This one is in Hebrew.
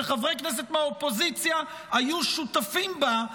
שחברי כנסת מהאופוזיציה היו שותפים בה,